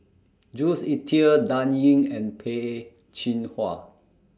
Jules Itier Dan Ying and Peh Chin Hua